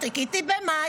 חיכיתי במאי,